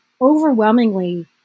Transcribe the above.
overwhelmingly